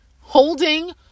holding